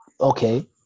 Okay